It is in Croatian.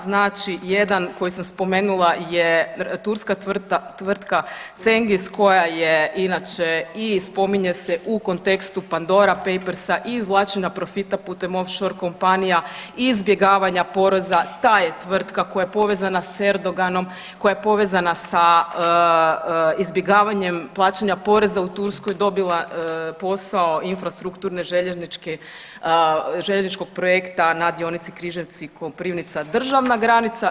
Znači jedan koji sam spomenula je turska tvrtka Cengiz koja je inače i spominje se u kontekstu Pandora Papersa i izvlačenja profita putem offshore kompanija i izbjegavanja poreza, ta je tvrtka koja je povezana s Erdoganom, koja je povezana s izbjegavanjem plaćanja poreza u Turskoj dobila posao infrastrukturne željezničke, željezničkog projekta na dionici Križevci-Koprivnica-državna granica.